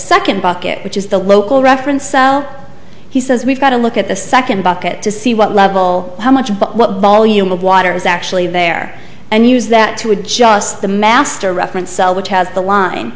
second bucket which is the local reference cell he says we've got to look at the second bucket to see what level how much what volume of water is actually there and use that to adjust the master reference cell which has the line